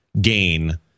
gain